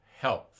health